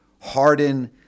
Harden—